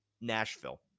Nashville